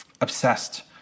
obsessed